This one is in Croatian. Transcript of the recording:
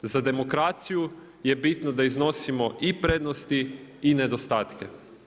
Za demokraciju je bitno da iznosimo i prednosti i nedostatke.